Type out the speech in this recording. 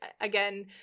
again